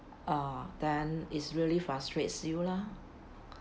ah then is really frustrates you lah